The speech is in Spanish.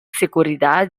seguridad